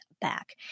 back